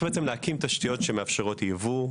צריך להקים תשתיות שמאפשרות יבוא,